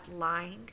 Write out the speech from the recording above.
lying